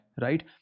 right